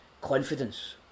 confidence